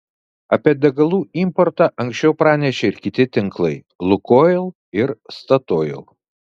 apie degalų importą anksčiau pranešė ir kiti tinklai lukoil ir statoil